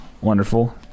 Wonderful